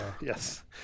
yes